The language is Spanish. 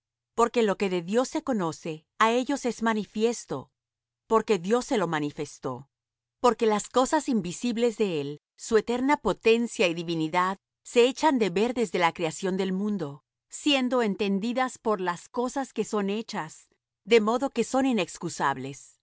porque lo que de dios se conoce á ellos es manifiesto porque dios se lo manifestó porque las cosas invisibles de él su eterna potencia y divinidad se echan de ver desde la creación del mundo siendo entendidas por las cosas que son hechas de modo que son inexcusables